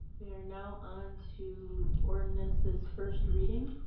we are now onto ordinances first reading.